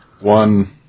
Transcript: One